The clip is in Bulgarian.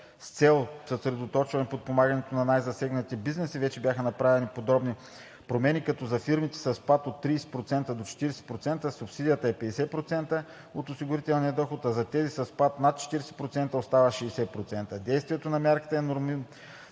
С цел съсредоточаване подпомагането на най-засегнатите бизнеси вече бяха направени подобни промени, като за фирмите със спад от 30 до 40% субсидията е 50% от осигурителния доход, а за тези със спад над 40% остава 60%. Действието на мярката е нормативно